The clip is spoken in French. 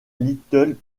little